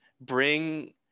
bring